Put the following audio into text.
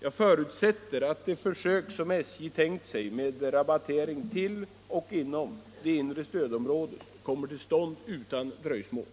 Jag förutsätter att det försök som SJ tänkt sig med rabattering till och inom det inre stödområdet kommer till stånd utan dröjsmål.